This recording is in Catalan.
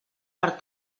per